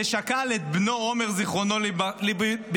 ששכל את בנו עומר, זיכרונו לברכה,